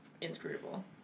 inscrutable